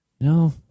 No